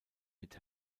mit